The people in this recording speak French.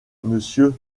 monsieur